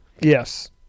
Yes